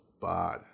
bad